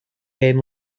hen